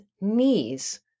knees